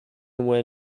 where